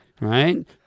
right